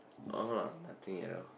oh nothing at all